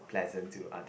pleasant to other